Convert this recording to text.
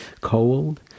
cold